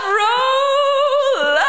roll